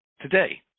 today